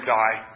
die